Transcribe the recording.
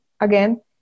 again